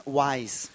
wise